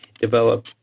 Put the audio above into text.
develop